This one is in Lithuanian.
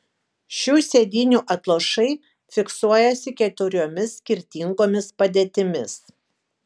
šių sėdynių atlošai fiksuojasi keturiomis skirtingomis padėtimis